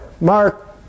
Mark